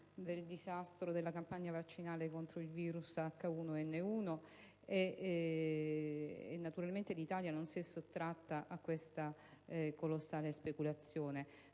del disastro della campagna vaccinale contro il virus H1N1 e, naturalmente, l'Italia non si è sottratta a questa colossale speculazione.